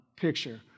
picture